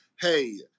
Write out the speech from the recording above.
hey